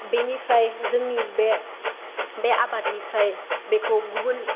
बेनिफ्राय जोंनि बे बे आबादनिफ्राय बेखौ गुबुन